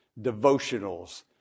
devotionals